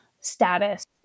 status